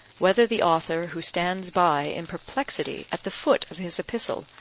whether the author, who stands by in perplexity at the foot of his epistle,